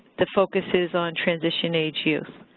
the focus is on transition-age youth.